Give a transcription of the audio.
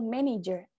Manager